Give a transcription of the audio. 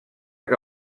que